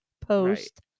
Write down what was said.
post